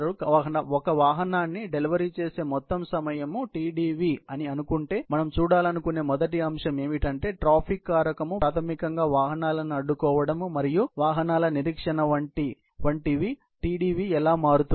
కాబట్టి ఒక వాహనాన్ని డెలివరీ చేసే మొత్తం సమయం Tdv అని అనుకుంటే మనం చూడాలనుకునే మొదటి అంశం ఏమిటంటే ట్రాఫిక్ కారకం ప్రాథమికంగా వాహనాలను అడ్డుకోవడం మరియు వాహనాల నిరీక్షణ వంటివి ఉంటే టిడివి ఎలా మారుతుంది